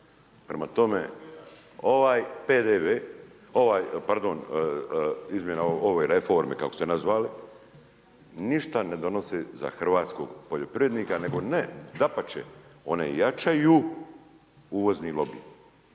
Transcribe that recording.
Prema tome, ovaj PDV, pardon, izmjena ove reforme, kako ste nazvali, ništa ne donosi za hrvatskog poljoprivrednika nego dapače, one jačaju uvozni lobi.